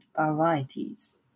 varieties